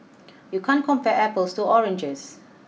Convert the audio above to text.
you can't compare apples to oranges